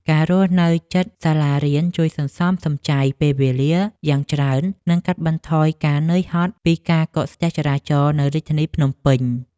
ការរស់នៅជិតសាលារៀនជួយសន្សំសំចៃពេលវេលាយ៉ាងច្រើន និងកាត់បន្ថយការនឿយហត់ពីការកកស្ទះចរាចរណ៍នៅរាជធានីភ្នំពេញ។